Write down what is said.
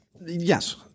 Yes